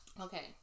Okay